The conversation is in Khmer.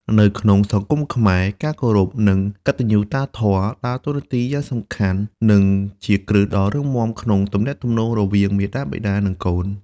នៅក្នុងសង្គមខ្មែរ ការគោរព និងកតញ្ញុតាធម៌ ដើរតួនាទីយ៉ាងសំខាន់ និងជាគ្រឹះដ៏រឹងមាំក្នុងទំនាក់ទំនងរវាងមាតាបិតា និងកូន។